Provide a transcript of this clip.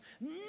No